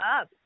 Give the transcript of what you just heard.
up